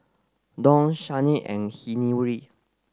Dawn Shannen and Henery